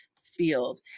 field